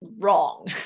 wrong